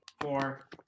Four